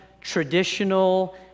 traditional